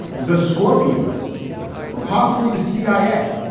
the scorpions or possibly the cia.